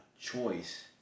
Choice